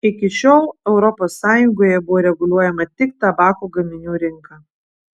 iki šiol europos sąjungoje buvo reguliuojama tik tabako gaminių rinka